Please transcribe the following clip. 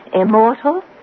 immortal